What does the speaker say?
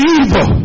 evil